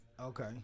Okay